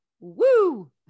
Woo